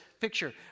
picture